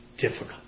difficult